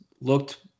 looked